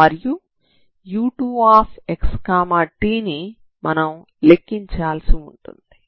మరియు u2xtని మనం లెక్కించాల్సి ఉంటుంది